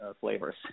flavors